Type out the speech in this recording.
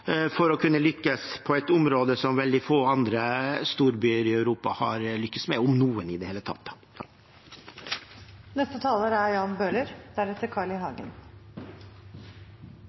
for å kunne lykkes på et område som veldig få andre storbyer i Europa har lyktes med, om noen i det hele tatt. Jeg vil takke interpellanten for å ta opp denne saken, som engasjerer mange rundt i